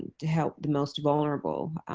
to help the most vulnerable.